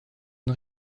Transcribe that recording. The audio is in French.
une